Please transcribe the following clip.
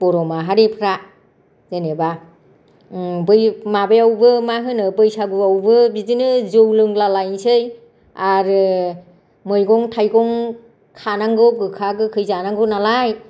बर' माहारिफोरा जेनेबा बै माबायावबो मा होनो बैसागुआवबो बिदिनो जौ लोंला लायनोसै आरो मैगं थाइगं खानांगौ गोखा गोखै जानांगौ नालाय